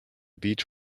beach